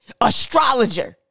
astrologer